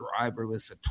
driverless